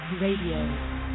Radio